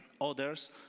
others